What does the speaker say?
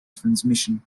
transmission